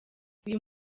uyu